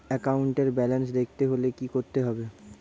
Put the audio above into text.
একাউন্টের ব্যালান্স দেখতে হলে কি করতে হবে?